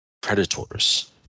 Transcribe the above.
predators